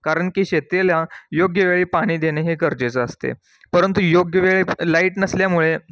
कारण की शेतीला योग्य वेळी पाणी देणे हे गरजेचं असते परंतु योग्य वेळी लाईट नसल्यामुळे